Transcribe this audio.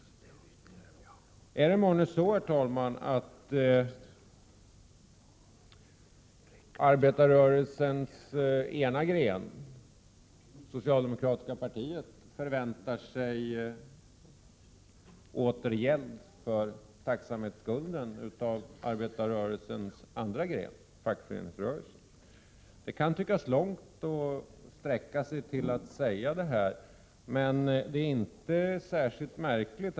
Är det månne så att arbetarrörelsens ena gren, socialdemokratiska partiet, förväntar sig återgäld för tacksamhetsskulden av arbetarrörelsens andra gren, fackföreningsrörelsen? Det kan tyckas långt att sträcka sig till att säga det här, men det är inte särskilt märkligt.